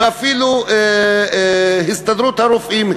ואפילו הסתדרות הרופאים,